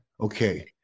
Okay